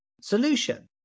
solution